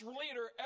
leader